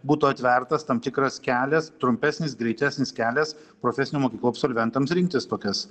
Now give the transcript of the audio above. būtų atvertas tam tikras kelias trumpesnis greitesnis kelias profesinių mokyklų absolventams rinktis tokias